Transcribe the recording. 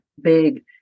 big